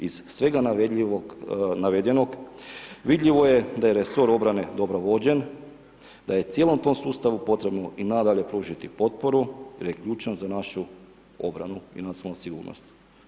Iz svega navedenog vidljivo je da je resor obrane dobro vođen, da je cijelom tom sustavu potrebno i nadalje pružiti potporu jer je ključno za našu obranu i nacionalnu sigurnost.